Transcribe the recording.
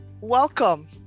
Welcome